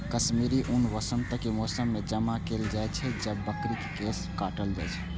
कश्मीरी ऊन वसंतक मौसम मे जमा कैल जाइ छै, जब बकरी के केश काटल जाइ छै